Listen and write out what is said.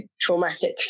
traumatic